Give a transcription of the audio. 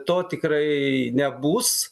to tikrai nebus